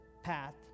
path